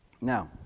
Now